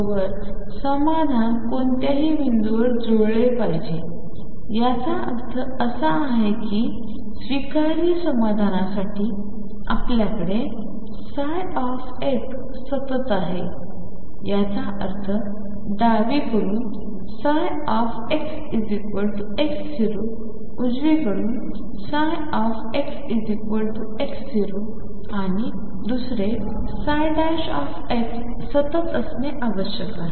वर समाधान कोणत्याही बिंदूवर जुळले पाहिजे याचा अर्थ असा आहे कि स्वीकार्य समाधानासाठी आपल्याकडे ψ सतत आहे याचा अर्थ डावीकडून xx0उजवीकडून xx0 आणि दुसरे सतत असणे आवश्यक आहे